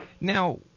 Now